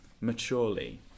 maturely